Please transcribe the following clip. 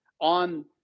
on